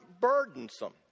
burdensome